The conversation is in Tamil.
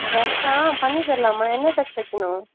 ட்ரெஸ் ஆ பண்ணித் தரலாமா என்ன ட்ரெஸ் தைக்கணும்